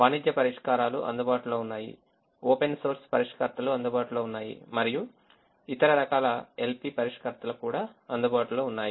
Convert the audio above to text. వాణిజ్య పరిష్కారాలు అందుబాటులో ఉన్నాయి ఓపెన్ సోర్స్ పరిష్కర్తలు అందుబాటులో ఉన్నాయి మరియు ఇతర రకాల LP పరిష్కర్తలు కూడా అందుబాటులో ఉన్నాయి